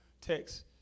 text